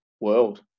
world